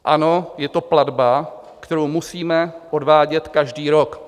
Ano, je to platba, kterou musíme odvádět každý rok.